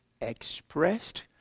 expressed